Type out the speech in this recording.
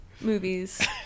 movies